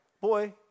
boy